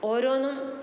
ഓരോന്നും